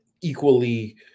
equally